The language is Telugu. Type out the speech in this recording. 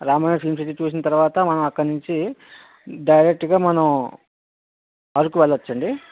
రామానాయుడు ఫిలిం సిటీ చూసిన తర్వాత మనం అక్కడి నుంచి డైరెక్ట్గా మనం అరకు వెళ్ళొచ్చండి